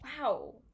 wow